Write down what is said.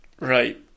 Right